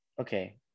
okay